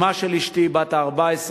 אמה של אשתי, בת ה-14,